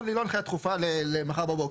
אבל זו לא הנחיה שהיא דחופה למחר בבוקר,